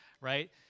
right